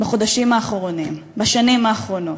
בחודשים האחרונים, בשנים האחרונות?